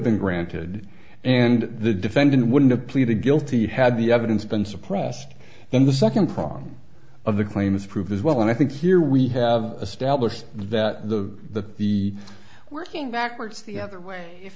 been granted and the defendant wouldn't have pleaded guilty had the evidence been suppressed and the second prong of the claim is proved as well and i think here we have established that the the working backwards the other way if